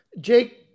Jake